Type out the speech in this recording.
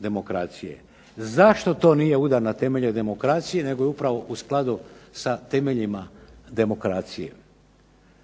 demokracije. Zašto to nije udar na temelje demokracije, nego je upravo u skladu sa temeljima demokracije.